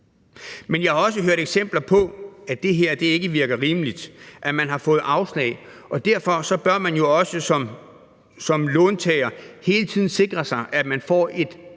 Men jeg har også hørt eksempler på, at det her ikke virker rimeligt, at man har fået afslag, og derfor bør man jo også som låntager hele tiden sikre sig, at man, når